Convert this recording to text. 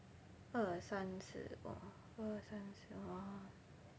二三四 orh 二三四 !wah!